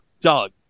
Doug